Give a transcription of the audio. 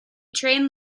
trained